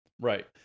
Right